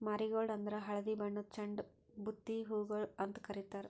marigold ಅಂದುರ್ ಹಳದಿ ಬಣ್ಣದ್ ಚಂಡು ಬುತ್ತಿ ಹೂಗೊಳ್ ಅಂತ್ ಕಾರಿತಾರ್